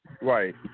Right